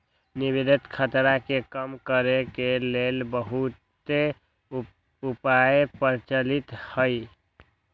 निवेश खतरा के कम करेके के लेल बहुते उपाय प्रचलित हइ